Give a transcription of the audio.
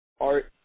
art